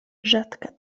rzadka